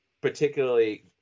particularly